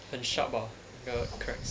很 sharp ah 那个 cracks